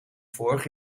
vorig